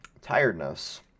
tiredness